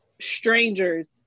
strangers